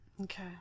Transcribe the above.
Okay